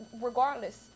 regardless